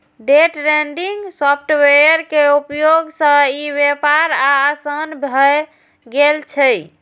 day trading software के उपयोग सं ई व्यापार आर आसान भए गेल छै